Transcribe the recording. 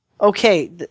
okay